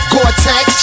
Gore-Tex